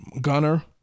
gunner